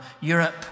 Europe